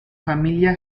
familia